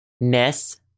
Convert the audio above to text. miss